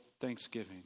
thanksgiving